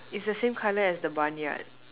it's the same colour as the barnyard